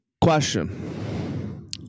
question